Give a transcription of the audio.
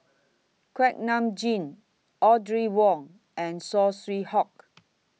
Kuak Nam Jin Audrey Wong and Saw Swee Hock